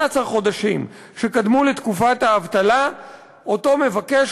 חודשים שקדמו לתקופת האבטלה אותו מבקש,